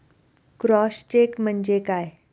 Cross check म्हणजे काय?